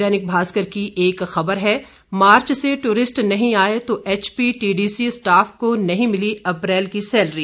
दैनिक भास्कर की एक खबर है मार्च से टूरिस्ट नहीं आए तो एचपीटीडीसी स्टाफ को नहीं मिली अप्रैल की सैलरी